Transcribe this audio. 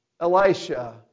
Elisha